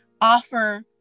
offer